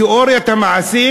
בתיאוריית המעשים?